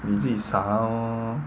你自己傻 lor